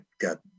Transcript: got